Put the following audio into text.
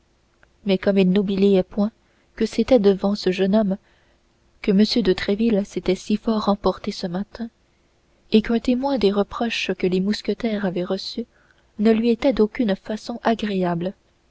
mais comme il n'oubliait point que c'était devant ce jeune homme que m de tréville s'était si fort emporté le matin et qu'un témoin des reproches que les mousquetaires avaient reçus ne lui était d'aucune façon agréable